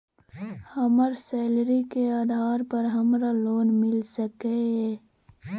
हमर सैलरी के आधार पर हमरा लोन मिल सके ये?